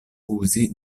uzi